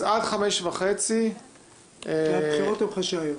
אז עד 17:30. והבחירות הן חשאיות.